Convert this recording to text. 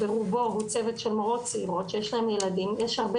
ברובו הוא צוות של מורות צעירות שיש להן ילדים ויש הרבה